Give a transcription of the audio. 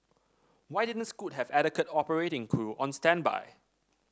why didn't Scoot have adequate operating crew on standby